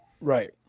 Right